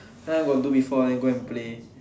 last time got do before then go and okay